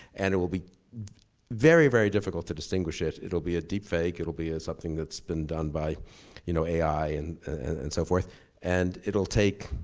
and it will be very, very difficult to distinguish it. it'll be a deep fake, it'll be something that's been done by you know ai and and so forth and it'll take,